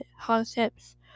concepts